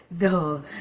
No